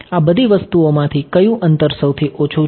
આ બધી વસ્તુઓમાંથી કયું અંતર સૌથી ઓછું છે